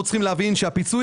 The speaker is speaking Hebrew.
אנחנו צריכים להבין שהפיצוי,